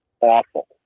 awful